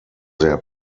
sehr